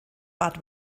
bad